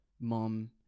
mom